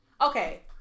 okay